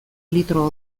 litro